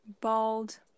Bald